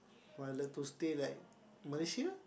I love to stay like Malaysia